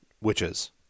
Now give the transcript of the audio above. witches